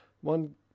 One